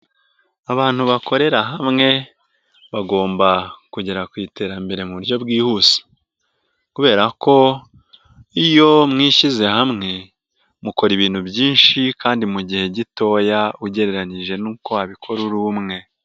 Abantu bakorera hamwe bagomba kugera ku iterambere mu buryo bwihuse kubera ko iyo mwishyize hamwe mukora ibintu byinshi kandi mu gihe gitoya ugereranyije nuko wabikora uri umwe.